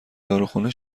داروخانه